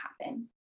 happen